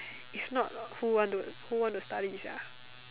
is not who want to who want to study ya